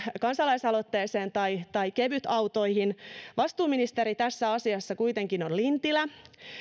kansalaisaloitteeseen dieselveron poistamisesta tai kevytautoihin haluan kyllä muistuttaa että vastuuministeri tässä asiassa kuitenkin on lintilä